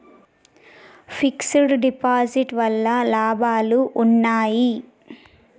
Fix డ్ deposit వల్ల లాభాలు ఉన్నాయి?